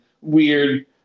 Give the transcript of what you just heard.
weird